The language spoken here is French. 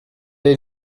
est